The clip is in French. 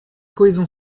cohésion